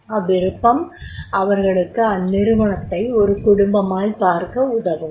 அவ்விருப்பம் அவர்களுக்கு அந்நிறுவனத்தை ஒரு குடும்பமாய்ப் பார்க்க உதவும்